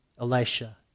Elisha